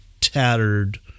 tattered